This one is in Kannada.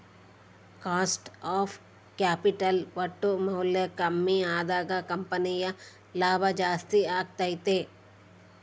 ಕಾಸ್ಟ್ ಆಫ್ ಕ್ಯಾಪಿಟಲ್ ಒಟ್ಟು ಮೌಲ್ಯ ಕಮ್ಮಿ ಅದಾಗ ಕಂಪನಿಯ ಲಾಭ ಜಾಸ್ತಿ ಅಗತ್ಯೆತೆ